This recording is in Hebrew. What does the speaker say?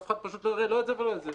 אף אחד לא יראה לא את זה ולא את זה,